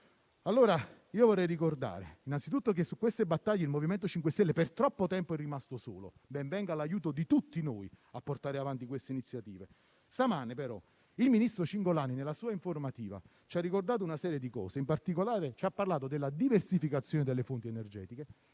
ricordare, innanzitutto, che su queste battaglie il MoVimento 5 Stelle per troppo tempo è rimasto solo. Ben venga l'aiuto di tutti noi a portare avanti queste iniziative. Stamane, però, il ministro Cingolani nella sua informativa ci ha ricordato una serie di punti. In particolare, ci ha parlato della diversificazione delle fonti energetiche